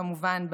כמובן,